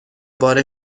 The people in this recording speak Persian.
بار